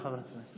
תודה, חברת הכנסת.